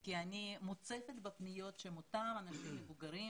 כי אני מוצפת בפניות של אותם אנשים מבוגרים